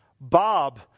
Bob